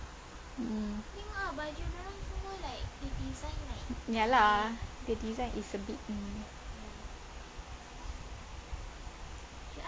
mm ya lah the design is a bit mm